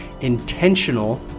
intentional